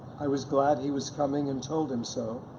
i was glad he was coming and told him so,